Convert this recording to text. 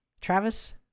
travis